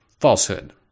falsehood